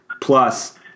plus